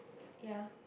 ya